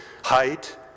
height